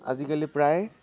আজিকালি প্ৰায়